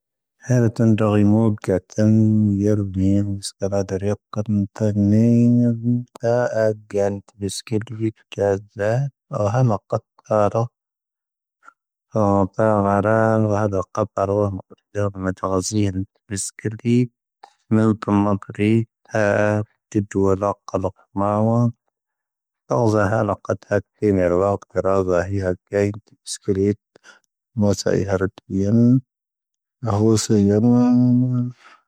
ⵀⵍ ⵜⵏⴷⵖⵢ ⵎⵡⵊⵜ ⵢⵔⴱⵢⵏ ⵙⴽⴰⵍⴰⵜ ⵔⵇⵎ ⵜⵏⵢⵏ. ⵜⴰⵊⵏ ⵜⴱⵙⴽⵔ ⴱⴽⴹⴰ. ⵡⵀⵎⴰ ⵇⵟⴰⵔ. ⴼⴱⵄⵔⴰⵏ ⵡⵃⴷ ⴰⵍⵇⵟⴰⵔ. ⵢⴹⵖⵎ ⵜⵖⴰⵣⵢⵏ ⵜⴱⵙⴽⵔⵢ. ⵎⵍⵜⵎⴰ ⴱⵔⵢ. ⵜⴰⵊⴷ ⴷⵡⵍⵜ ⵇⵍⵇ ⵎⵄⵡⴰ. ⵜⵖⵣⵀⴰ ⵀⵍ ⵇⵟⴰ. ⵜⵏⵢⵔ ⵡⴰⴽⵜⵔⴰⴹⵀⴰ ⵀⵢ ⴽⴰⵢⵏ ⵜⴱⵙⴽⵔⵢ. ⵎⵡⵣⵜ ⵢⵀⵔⵜⵢ. ⵀⵍ ⵜⵏⵢⵔ ⵡⴰⴽⵜⵔⴰⴹⵀⴰ.